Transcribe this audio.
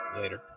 Later